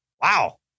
Wow